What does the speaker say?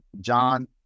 John